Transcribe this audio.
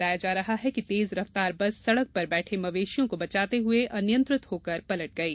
बताया जा रहा है कि तेज रफ्तार बस सड़क पर बैठे मवेशियों को बचाते हुये अनियंत्रित होकर पलट गई